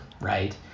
right